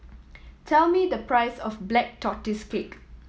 tell me the price of Black Tortoise Cake